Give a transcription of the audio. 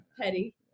petty